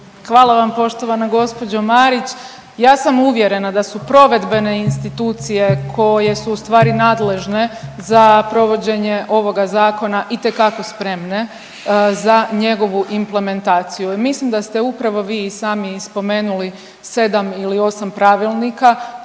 Hvala vam poštovana gđo Marić. Ja sam uvjerena da su provedbene institucije koje su ustvari nadležne za provođenje ovoga Zakona itekako spremne za njegovu implementaciju i mislim da ste upravo vi i sami i spomenuli 7 ili 8 pravilnika